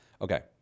Okay